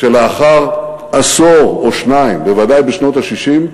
שלאחר עשור או שניים, בוודאי בשנות ה-60,